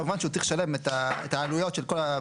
כמובן שהוא צריך לשלם את העלויות של כל.